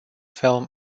film